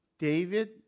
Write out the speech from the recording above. David